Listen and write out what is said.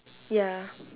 ya